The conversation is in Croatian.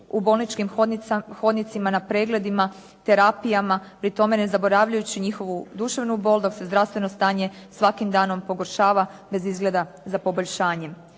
u bolničkim hodnicima, na pregledima, terapijama pri tome ne zaboravljajući njihovu duševnu bol dok se zdravstveno stanje svakim danom pogoršava bez izgleda za poboljšanjem.